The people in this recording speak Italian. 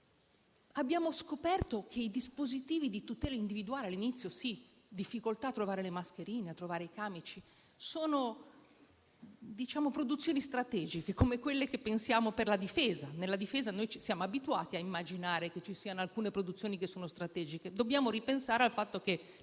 Abbiamo scoperto che i dispositivi di tutela individuale - all'inizio c'era difficoltà a trovare le mascherine e i camici - sono produzioni strategiche come quelle che pensiamo per la Difesa (nella Difesa siamo abituati a immaginare che ci siano alcune produzioni considerate strategiche). Dobbiamo ripensare al fatto che